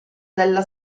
della